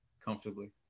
comfortably